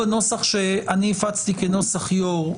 בנוסח שאני הפצתי כנוסח יו"ר,